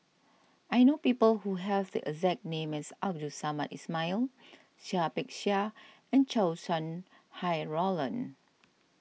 I know people who have the exact name as Abdul Samad Ismail Seah Peck Seah and Chow Sau Hai Roland